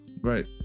right